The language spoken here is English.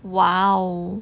!wow!